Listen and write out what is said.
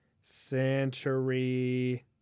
Century